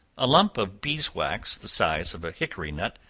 a lump of beeswax the size of a hickory-nut,